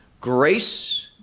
grace